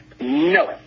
No